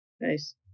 Nice